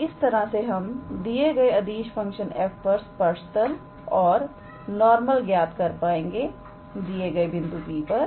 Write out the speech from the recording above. तो इस तरह से हम दिए गए अदिश फंक्शन f पर स्पर्श तलऔर नॉर्मल ज्ञात कर पाएंगे दिए गए बिंदु P पर